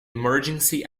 emergency